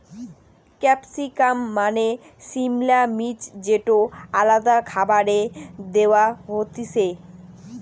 capsicum মানে সিমলা মির্চ যেটো আলাদা খাবারে দেয়া হতিছে